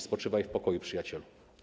Spoczywaj w pokoju, przyjacielu.